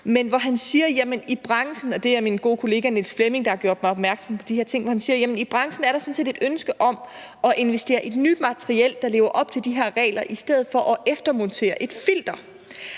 de her ting – at i branchen er der sådan set et ønske om at investere i nyt materiel, der lever op til de her regler, i stedet for at eftermontere et filter.